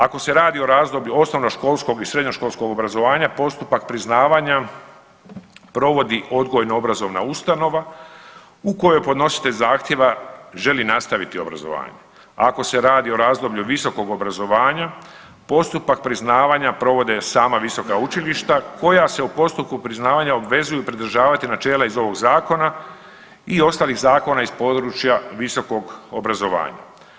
Ako se radi o razdoblju osnovnoškolskog i srednjoškolskog obrazovanja, postupak priznavanja provodi odgojno-obrazovna ustanova u kojoj podnositelj zahtjeva želi nastaviti obrazovanje, a ako se radi o razdoblju visokog obrazovanja, postupak priznavanja provode sama visoka učilišta koja se u postupku priznavanja obvezuju pridržavati načela iz ovog Zakona i ostalih zakona iz područja visokog obrazovanja.